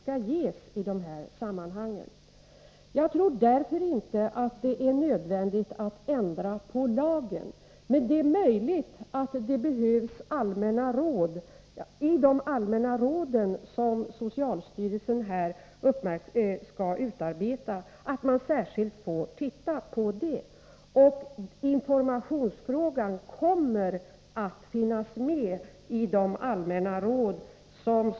Jag tror inte att det för den skull är nödvändigt att ändra på lagen, men det är möjligt att man i arbetet med att utforma de allmänna råden bör särskilt beakta informationsfrågan. Frågan som sådan kommer att finnas med i sammanhanget.